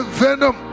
venom